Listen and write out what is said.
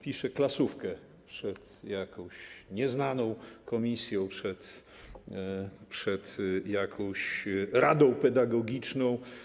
Pisze klasówkę przed jakąś nieznaną komisją, przed jakąś radą pedagogiczną.